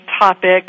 topic